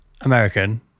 American